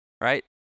right